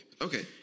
okay